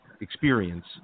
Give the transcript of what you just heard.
experience